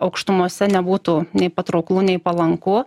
aukštumose nebūtų nei patrauklu nei palanku